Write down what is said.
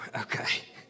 okay